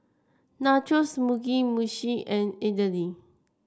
Nachos Mugi Meshi and Idili